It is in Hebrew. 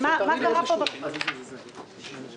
מי בעד אישור פניות 108 עד 109, ירים את ידו?